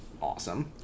awesome